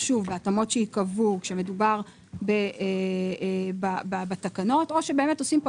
בהתאמות שייקבעו כאשר מדובר בתקנות או שבאמת עושים כאן